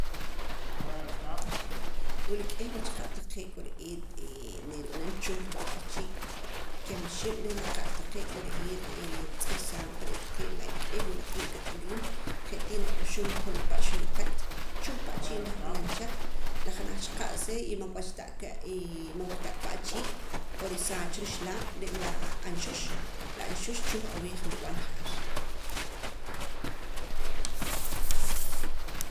wula k'ih wach qa' taqee' kore'eet nirib'anam chuh reh pan achii' kimixib' reh la qa' taqee' kore'eet ntz'iirsaam pa reh taqee' la k'ih winaqiib' kat'aliim je' tii nak'uxum kolopa' xunakat chuh pan achii' nrah b'anam cha la janaj cha qa'sa y man wach ta aka man wach ta aka pan achii' n'oo resaa cha ruxlaam re' la aanxux la aanxux chuh awiij nrib'an ja'ar